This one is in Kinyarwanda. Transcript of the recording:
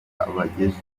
abageze